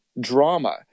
drama